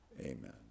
Amen